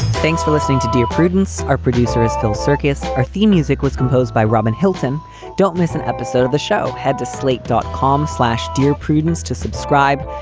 thanks for listening to dear prudence. our producer is phil circus. our theme music was composed by robin hilton don't miss an episode of the show. head to slate dot com slash dear prudence to subscribe.